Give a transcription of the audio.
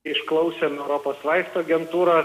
išklausę europos projektų agentūros